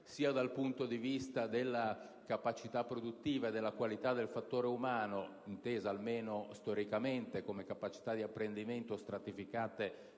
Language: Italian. - dal punto di vista della capacità produttiva e della qualità del fattore umano - intesa storicamente come capacità di apprendimento stratificate